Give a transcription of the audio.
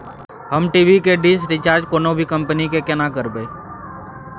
हम टी.वी के dish recharge कोनो भी कंपनी के केना करबे?